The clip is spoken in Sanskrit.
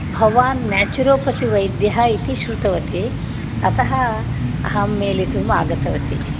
भवान् न्याचुरोपति वैद्यः इति श्रुतवती अतः अहं मेलितुम् आगतवती